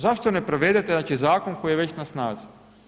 Zašto ne provedete znači Zakon koji je već na snazi?